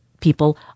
people